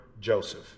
Joseph